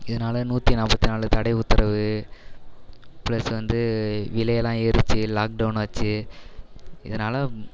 இதனால் நூற்றி நாற்பத்தி நாலு தடை உத்தரவு பிளஸ் வந்து விலையெலாம் ஏறிச்சு லாக் டவுன் ஆச்சு இதனால்